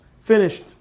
Finished